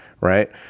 right